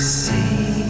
see